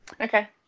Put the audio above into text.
Okay